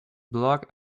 block